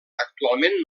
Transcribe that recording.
actualment